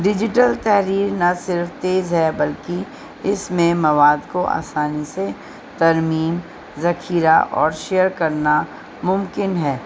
digital تحریر نہ صرف تیز ہے بلکہ اس میں مواد کو آسانی سے ترمیم ذخیرہ اور شیئر کرنا ممکن ہے